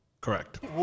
Correct